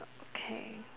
okay